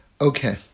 Okay